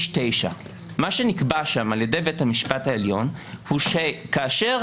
9. מה שנקבע שם על ידי בית המשפט העליון הוא שכאשר